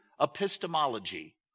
epistemology